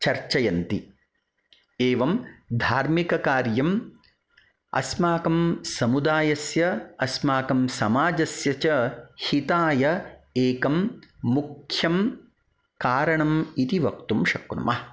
चर्चयन्ति एवं धार्मिककार्यम् अस्माकं समुदायस्य अस्माकं समाजस्य च हिताय एकं मुख्यं कारणम् इति वक्तुं शक्नुमः